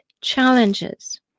challenges